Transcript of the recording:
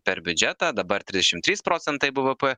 per biudžetą dabar trisdešimt trys procentai bvp